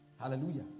Hallelujah